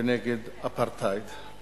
ונגד אפרטהייד.